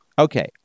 Okay